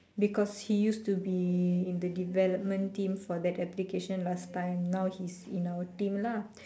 because he used to be in the development team for that application last time now he's in our team lah